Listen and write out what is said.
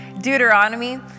Deuteronomy